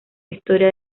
historia